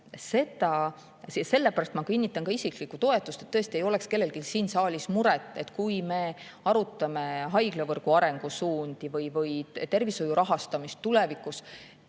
tervisest sai. Ma kinnitan isiklikku toetust sellepärast, et tõesti ei oleks kellelgi siin saalis muret, et kui me arutame haiglavõrgu arengusuundi või tervishoiu rahastamist tulevikus,